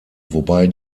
wobei